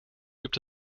gibt